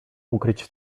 ukryć